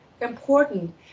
important